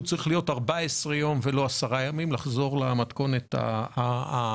צריך להיות 14 יום ולא 10 ימים ולחזור למתכונת המחמירה.